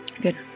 Good